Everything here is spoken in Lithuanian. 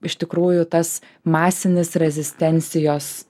iš tikrųjų tas masinis rezistencijos